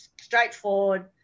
straightforward